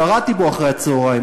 קראתי בו אחרי-הצהריים,